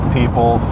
people